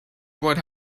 what